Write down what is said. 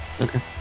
Okay